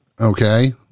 Okay